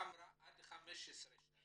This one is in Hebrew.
החליטה --- ההחלטה אמרה עד 15 שנים